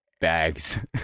bags